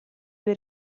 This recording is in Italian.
due